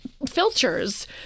filters